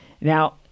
now